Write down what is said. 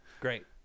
Great